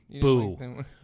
Boo